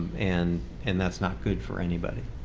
and and that's not good for anybody.